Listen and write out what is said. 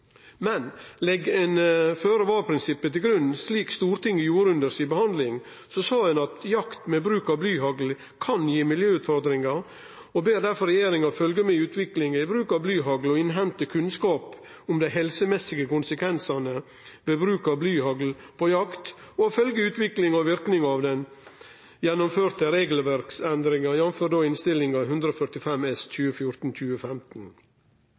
Stortinget føre-var-prinsippet til grunn og sa at jakt med bruk av blyhagl kan gi miljøutfordringar. Dei bad difor regjeringa følgje med i utviklinga i bruk av blyhagl og innhente kunnskap om dei helsemessige konsekvensane ved bruk av blyhagl på jakt og å følgje utviklinga og verknadene av den gjennomførte regelverksendringa, jf. lnnst. 145 S